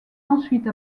ensuite